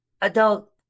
adult